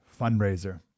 fundraiser